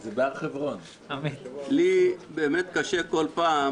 לי באמת קשה כל פעם